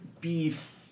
beef